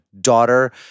daughter